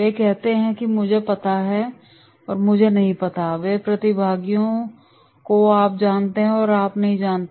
वे कहते हैं कि मुझे पता है और मुझे नहीं पता वहाँ प्रतिभागियों को आप जानते हैं और आप नहीं जानते